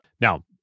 Now